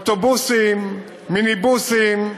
אוטובוסים, מיניבוסים,